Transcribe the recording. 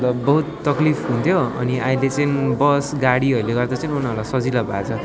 मतलब बहुत तक्लिफ हुन्थ्यो अनि अहिले चाहिँ बस गाडीहरूले गर्दा चाहिँ उनीहरूलाई सजिलो भाछ